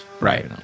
Right